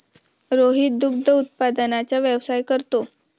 रोहित दुग्ध उत्पादनाचा व्यवसाय करतो